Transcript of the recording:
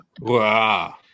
Wow